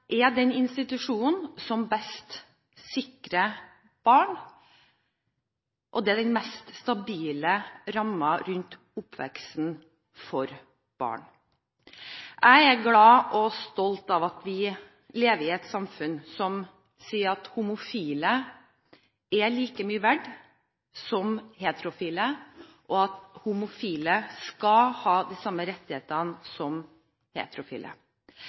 best sikrer barn, og det er den mest stabile rammen rundt oppveksten for barn. Jeg er glad for og stolt over at vi lever i et samfunn som sier at homofile er like mye verd som heterofile, og at homofile skal ha de samme rettighetene som